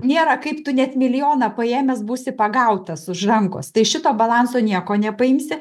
nėra kaip tu net milijoną paėmęs būsi pagautas už rankos tai šito balanso nieko nepaimsi